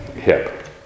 hip